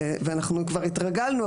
ואנחנו כבר התרגלנו,